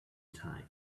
time